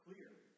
clear